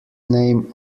name